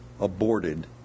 aborted